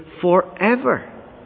forever